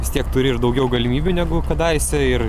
vis tiek turi ir daugiau galimybių negu kadaise ir